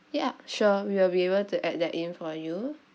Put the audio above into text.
ya sure we will be able to add that in for you